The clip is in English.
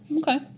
Okay